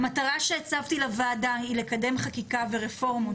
המטרה שהצבתי לוועדה היא לקדם חקיקה ורפורמות